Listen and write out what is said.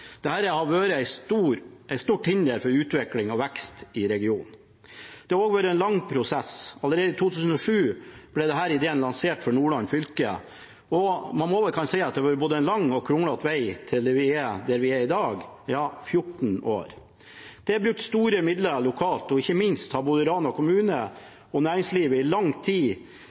har vært et stort hinder for utvikling og vekst i regionen. Det har også vært en lang prosess. Allerede i 2007 ble denne ideen lansert for Nordland fylke, og man må vel kunne si at det har vært både en lang og kronglete vei til der vi er i dag – ja, 14 år. Det er brukt store midler lokalt. Ikke minst har både Rana kommune og næringslivet i lang tid